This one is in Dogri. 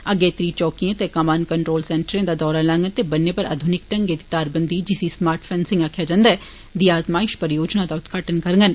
अगेत्रिएं चौकिएं ते कमान कंट्रौल सेन्टरें दा दौरा लांगन ते बन्ने पर आघुनिक ढंगै दी तारबंदी जिसी स्मार्ट फैनसिंग आक्खेआ जंदा ऐ दी आजमाइशी परियोजना दा उदघाटन करगंन